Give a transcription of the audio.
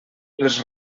les